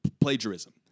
plagiarism